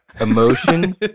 Emotion